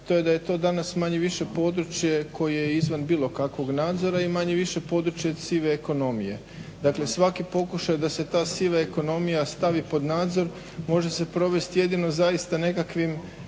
to je da je to danas manje-više područje koje je izvan bilo kakvog nadzora i manje-više područje sive ekonomije. Dakle svaki pokušaj da se ta siva ekonomija stavi pod nadzor može se provest jedino zaista nekakvim